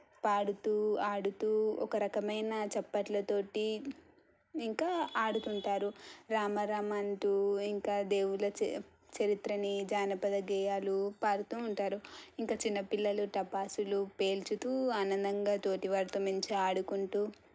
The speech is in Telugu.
పాడుతూ ఆడుతూ ఒక రకమైన చప్పట్లతోటి ఇంకా ఆడుతుంటారు రామ రామ అంటూ ఇంకా దేవుళ్ళు చ చరిత్రని జానపద గేయాలు పాడుతూ ఉంటారు ఇంక చిన్నపిల్లలు టపాసులు పేల్చుతూ ఆనందంగా తోటివారితో మంచిగా ఆడుకుంటూ